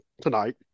tonight